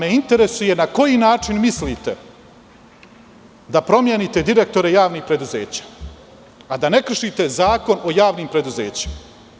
Interesuje me na koji način mislite da promenite direktore javnih preduzeća, a da ne kršite Zakon o javnim preduzećima?